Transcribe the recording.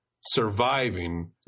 surviving